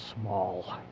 small